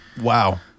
Wow